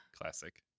Classic